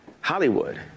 Hollywood